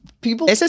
people